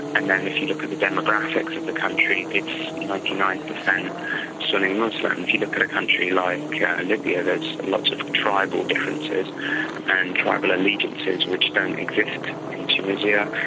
and then if you look at the demographics of the country it's ninety nine percent sunni muslim. if you look at a country like libya there's lots of tribal differences and tribal allegiances which don't exist in tunisia.